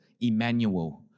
Emmanuel